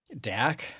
DAC